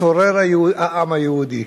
צורר העם היהודי,